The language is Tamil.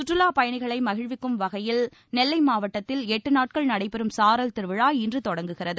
சுற்றுலாப் பயணிகளை மகிழ்விக்கும் வகையில் நெல்லை மாவட்டம் குற்றாலத்தில் எட்டு நாட்கள் நடைபெறும் சாரல் திருவிழா இன்று தொடங்குகிறது